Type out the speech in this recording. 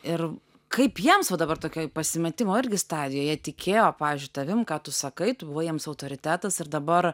ir kaip jiems va dabar tokioj pasimetimo irgi stadijoj jie tikėjo pavyzdžiui tavim ką tu sakai tu jiems autoritetas ir dabar